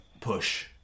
push